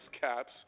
caps